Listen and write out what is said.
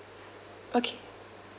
okay